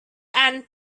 end